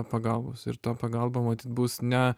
pagalbos ir ta pagalba matyt bus ne